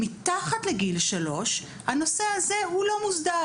מתחת לגיל שלוש, הנושא הזה הוא לא מוסדר.